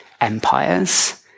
empires